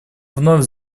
вновь